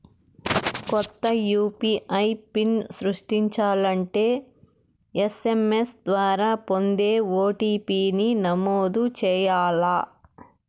కొత్త UPI PIN సృష్టించాలంటే SMS ద్వారా పొందే ఓ.టి.పి.ని నమోదు చేయాల్ల